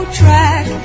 track